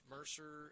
Mercer